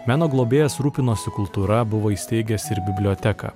meno globėjas rūpinosi kultūra buvo įsteigęs ir biblioteką